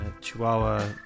chihuahua